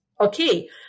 Okay